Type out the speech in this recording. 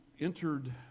entered